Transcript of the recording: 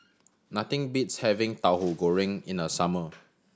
nothing beats having Tahu Goreng in the summer